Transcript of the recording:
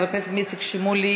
חבר הכנסת איציק שמולי,